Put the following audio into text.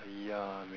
ya man